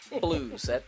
Blues